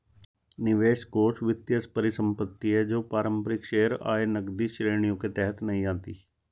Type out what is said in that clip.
निवेश कोष वित्तीय परिसंपत्ति है जो पारंपरिक शेयर, आय, नकदी श्रेणियों के तहत नहीं आती